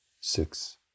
six